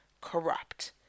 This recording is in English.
corrupt